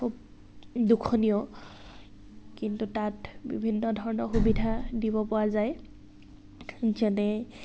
খুব দুখনীয় কিন্তু তাত বিভিন্ন ধৰণৰ সুবিধা দিব পৰা যায় যেনে